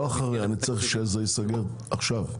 לא אחרי, אני צריך שזה ייסגר עכשיו.